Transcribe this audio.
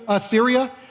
Syria